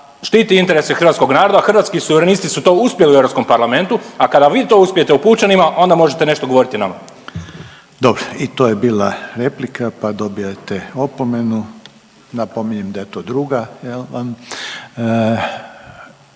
štiti interese hrvatskog naroda, Hrvatski suverenisti su to uspjeli u Europskom parlamentu, a kada vi to uspijete u pučanima onda možete nešto govoriti nama. **Reiner, Željko (HDZ)** Dobro, i to je bila replika, pa dobijate opomenu, napominjem da je to druga